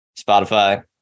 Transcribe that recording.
spotify